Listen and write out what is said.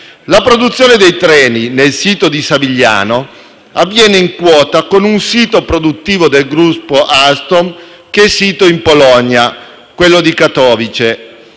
La produzione dei treni nel sito di Savigliano avviene in quota con un sito produttivo del gruppo Alstom localizzato in Polonia, quello di Katowice.